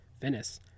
Venice